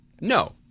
No